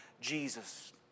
Jesus